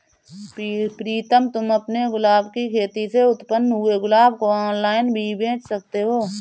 प्रीतम तुम अपने गुलाब की खेती से उत्पन्न हुए गुलाब को ऑनलाइन भी बेंच सकते हो